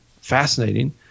fascinating